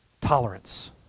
tolerance